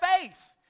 faith